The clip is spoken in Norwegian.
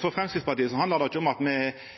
For Framstegspartiet handlar det ikkje om at me